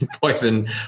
poison